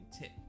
tip